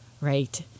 right